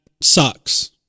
sucks